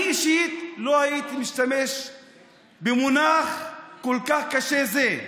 אני אישית לא הייתי משתמש במונח כל כך קשה זה,